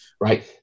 right